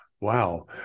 Wow